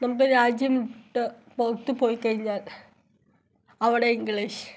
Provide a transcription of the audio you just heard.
മുൻപേ രാജ്യം വിട്ട് പുറത്ത് പോയി കഴിഞ്ഞാൽ അവിടെ ഇംഗ്ലീഷ്